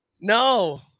No